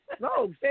No